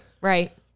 Right